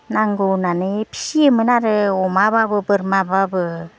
नांगौ होननानै फिसियोमोन आरो अमाब्लाबो बोरमाब्लाबो